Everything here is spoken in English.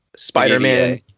Spider-Man